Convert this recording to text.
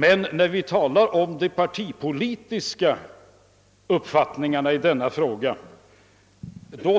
Men när det gäller de partipolitiska uppfattningarna i denna fråga